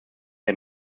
der